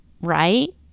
right